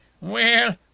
Well